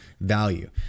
value